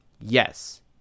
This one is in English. yes